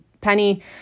Penny